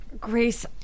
Grace